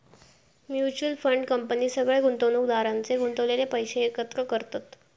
mutual fund company सगळ्या गुंतवणुकदारांचे गुंतवलेले पैशे एकत्र करतत